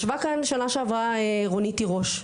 ישבה כאן שנה שעברה רונית תירוש,